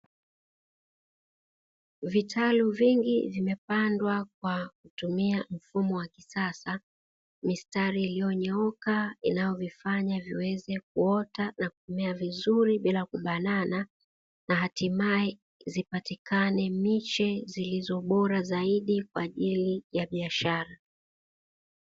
Vitalu vingi vimepandwa kwa kutumia mfumo ya kisasa, mistari iliyonyooka inayovifanya viweze kuota na kumea vizuri bila kubanana na hatimaye zipatikane miche zilizo bora zaidi kwa ajili ya afya.